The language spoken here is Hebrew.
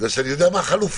בגלל שאני יודע מה החלופה.